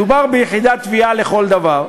מדובר ביחידת תביעה לכל דבר,